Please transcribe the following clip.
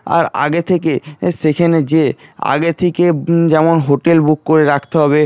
আর আগে থেকে এ সেখেনে গিয়ে আগে থেকে যেমন হোটেল বুক করে রাখতে হবে